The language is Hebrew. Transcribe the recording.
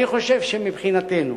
אני חושב שמבחינתנו